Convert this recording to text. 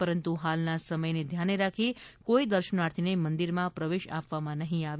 પરંતુ હાલના સમયને ધ્યાને રાખી કોઇ દર્શનાર્થી ને મંદીર માં પ્રવેશ આપવામાં નહીં આવે